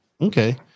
Okay